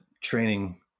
training